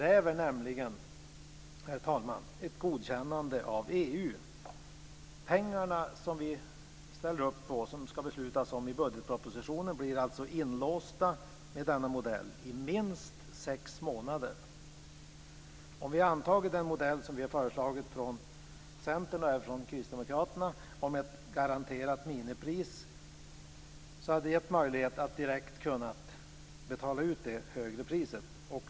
Denna modell kräver ett godkännande av EU. Pengarna som vi ställer upp med och som ska beslutas om i budgetpropositionen blir alltså med denna modell inlåsta i minst sex månader. Om vi hade antagit den modell om ett garanterat minipris som vi från Centern och Kristdemokraterna föreslagit hade det gett möjlighet att direkt kunna betala ut det högre priset.